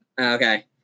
Okay